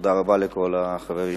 תודה רבה לכל החברים.